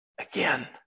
Again